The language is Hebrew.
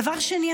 דבר שני,